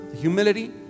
humility